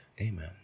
Amen